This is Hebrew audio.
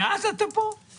מאז אתה פה?